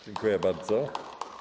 Dziękuję bardzo.